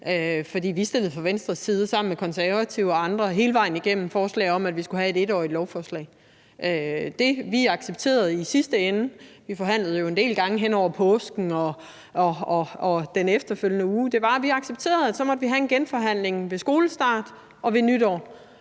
For vi stillede fra Venstres side sammen med Konservative og andre hele vejen igennem forslag om, at vi skulle have et 1-årigt lovforslag. Det, vi accepterede i sidste ende – vi forhandlede jo en del gange hen over påsken og den efterfølgende uge – var, at så måtte vi have en genforhandling ved skolestart og ved nytår,